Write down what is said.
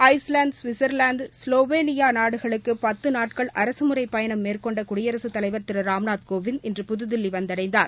Iceland Switzerland Slovenia நாடுகளுக்கு பத்து நாட்கள் அரசு முறைப் பயணம் மேற்கொண்ட குடியரசுத் தலைவர் திரு ராம்நாத் கோவிந்த் இன்று புதுதில்லி வந்தடைந்தார்